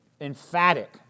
emphatic